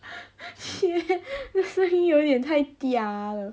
那声音有点太 dia 了